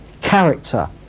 Character